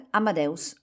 Amadeus